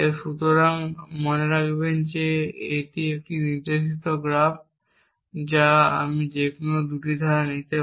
সুতরাং মনে রাখবেন এটি একটি নির্দেশিত গ্রাফ যা আমি যেকোনো 2টি ধারা নিতে পারি